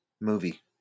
movie